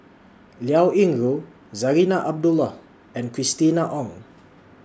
Liao Yingru Zarinah Abdullah and Christina Ong